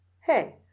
Hey